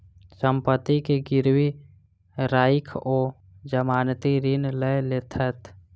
सम्पत्ति के गिरवी राइख ओ जमानती ऋण लय लेलैथ